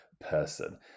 person